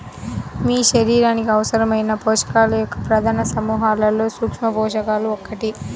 మీ శరీరానికి అవసరమైన పోషకాల యొక్క ప్రధాన సమూహాలలో సూక్ష్మపోషకాలు ఒకటి